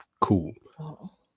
Cool